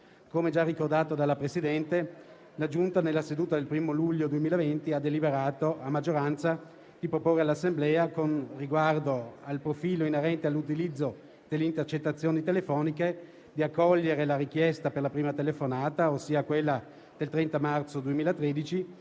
Come già ricordato dalla Presidente, la Giunta nella seduta del 1° luglio 2020 ha deliberato, a maggioranza, di proporre all'Assemblea, con riguardo al profilo inerente all'utilizzo delle intercettazioni telefoniche, di accogliere la richiesta per la prima telefonata, ossia quella del 30 marzo 2013,